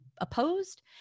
opposed